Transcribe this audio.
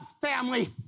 family